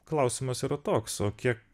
klausimas yra toks o kiek